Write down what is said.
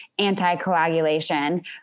anticoagulation